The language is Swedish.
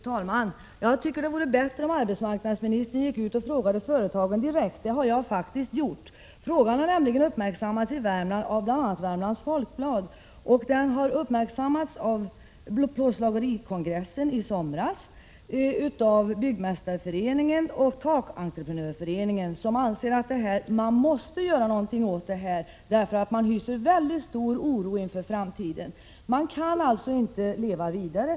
Fru talman! Jag tycker att det hade varit bättre om arbetsmarknadsministern gått ut och frågat företagen direkt — det har jag gjort. Frågan har nämligen uppmärksammats av bl.a. Värmlands Folkblad. Den uppmärksammades också vid plåtslagerikongressen i somras och senare av Byggmästareföreningen och Takentreprenörföreningen. Man anser att något måste göras åt detta problem. Man hyser mycket stor oro inför framtiden och frågar sig om företagen skall kunna leva vidare.